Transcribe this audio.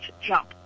jump